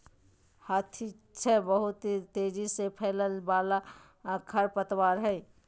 hyacinth बहुत तेजी से फैलय वाला खरपतवार हइ